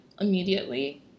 immediately